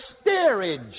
steerage